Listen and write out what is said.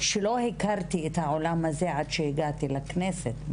שלא הכרתי את העולם הזה של איפור עד שהגעתי לכנסת.